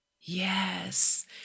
Yes